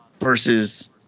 versus